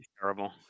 Terrible